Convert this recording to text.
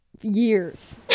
years